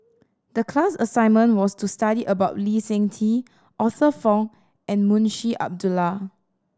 the class assignment was to study about Lee Seng Tee Arthur Fong and Munshi Abdullah